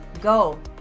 go